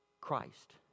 Christ